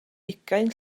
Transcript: ugain